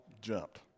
jumped